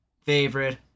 favorite